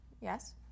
Yes